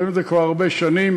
אומרים את זה כבר הרבה שנים.